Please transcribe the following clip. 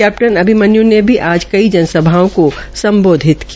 captain Abhimanyu ने आज कई जन सभाओं को सम्बोधित किया